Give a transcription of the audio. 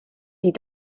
die